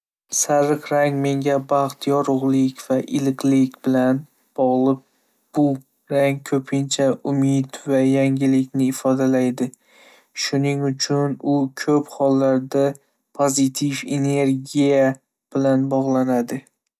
Sariq rang menga baxt, yorug'lik va iliqlik bilan bog'liq. Bu rang ko'pincha umid va yangilikni ifodalaydi, shuning uchun u ko'p hollarda pozitiv energiya bilan bog'lanadi.